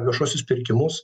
viešuosius pirkimus